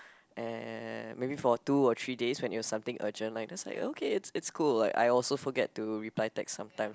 eh maybe for two or three days when you have something urgent like that's like okay it's it's cool like I also forget to reply text sometimes